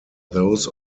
those